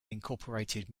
incorporated